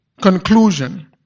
conclusion